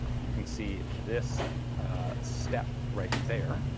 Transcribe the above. you can see this step right there.